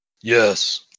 Yes